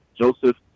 Joseph